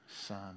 son